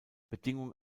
bedingung